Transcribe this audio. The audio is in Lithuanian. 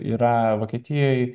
yra vokietijoj